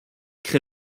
crée